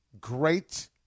Great